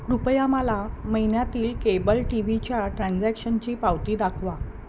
कृपया मला महिन्यातील केबल टी व्हीच्या ट्रान्झॅक्शनची पावती दाखवा